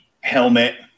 helmet